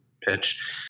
pitch